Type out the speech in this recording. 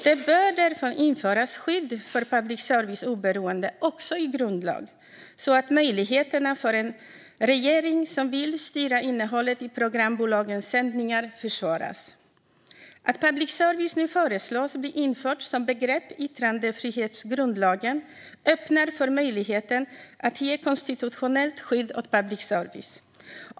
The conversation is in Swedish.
Det bör därför införas skydd för public services oberoende också i grundlag, så att möjligheterna för en regering som vill styra innehållet i programbolagens sändningar försvåras. Att public service nu föreslås bli infört som begrepp i yttrandefrihetsgrundlagen öppnar för möjligheten att ge konstitutionellt skydd åt public service.